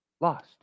lost